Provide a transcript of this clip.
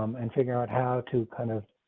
um and figuring out how to kind of.